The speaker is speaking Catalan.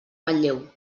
manlleu